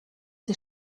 sie